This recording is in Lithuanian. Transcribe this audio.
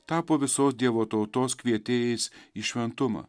tapo visos dievo tautos kvietėjais į šventumą